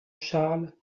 charles